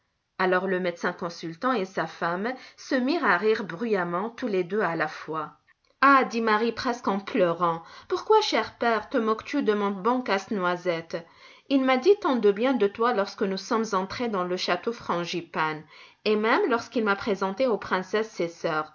alors le médecin consultant et sa femme se mirent à rire bruyamment tous les deux à la fois ah dit marie presque en pleurant pourquoi cher père te moques-tu de mon bon casse-noisette il m'a dit tant de bien de toi lorsque nous sommes entrés dans le château frangipane et même lorsqu'il m'a présenté aux princesses ses sœurs